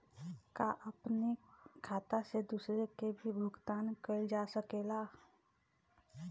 का अपने खाता से दूसरे के भी भुगतान कइल जा सके ला?